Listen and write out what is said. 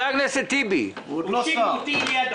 אני אומר את